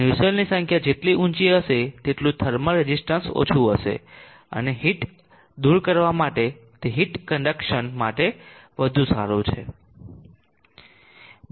નુસેલ્ટની સંખ્યા જેટલી ઊંચી હશે તેટલું થર્મલ રેઝિસ્ટન્સ ઓછું હશે અને હીટ દૂર કરવા માટે તે હીટ કન્ડકસન માટે વધુ સારું છે